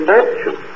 action